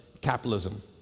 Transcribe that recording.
capitalism